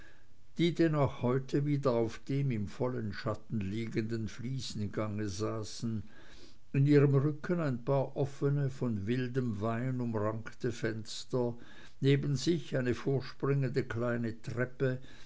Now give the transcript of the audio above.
die denn auch heute wieder auf dem im vollen schatten liegenden fliesengange saßen in ihrem rücken ein paar offene von wildem wein umrankte fenster neben sich eine vorspringende kleine treppe